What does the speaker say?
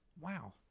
Wow